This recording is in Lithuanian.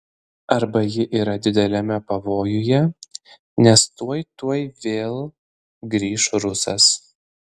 arba ji yra dideliame pavojuje nes tuoj tuoj vėl grįš rusas